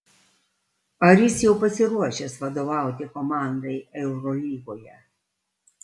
ar jis jau pasiruošęs vadovauti komandai eurolygoje